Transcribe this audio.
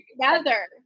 together